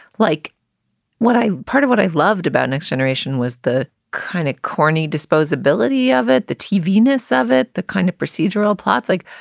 like what? part of what i loved about next generation was the kind of corny disposability of it, the tv ness of it, the kind of procedural plots like,